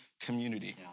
community